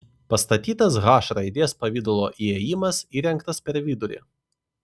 pastatytas h raidės pavidalo įėjimas įrengtas per vidurį